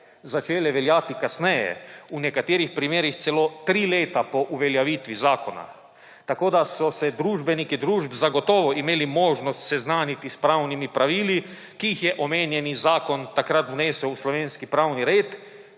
začele veljati kasneje, v nekaterih primerih celo tri leta po uveljavitvi zakona. Družbeniki družb so se zagotovo imeli možnost seznaniti s pravnimi pravili, ki jih je omenjeni zakon takrat vnesel v slovenski pravni red,